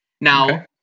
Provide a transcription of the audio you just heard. Now